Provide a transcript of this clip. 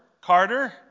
Carter